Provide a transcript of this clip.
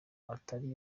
atari